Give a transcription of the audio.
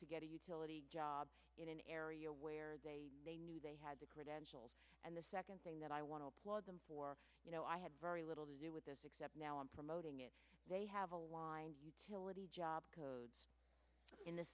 to get a utility job in an area where they knew they had the credentials and the second thing that i want to applaud them for you know i had very little to do with this except now i'm promoting it they have a line utility job codes in the